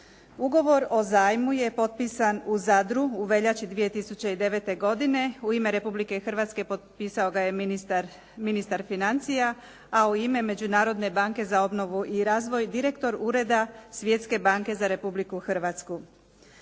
Ugovor o zajmu je potpisan u Zadru u veljači 2009. godine, u ime Republike Hrvatske potpisao ga je ministar financija a u ime Međunarodne banke za obnovu i razvoj direktor Ureda Svjetske banke za Republiku Hrvatsku.